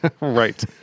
Right